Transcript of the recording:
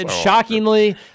Shockingly